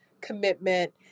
commitment